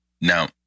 Now